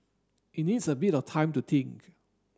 it needs a bit of time to think